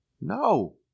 No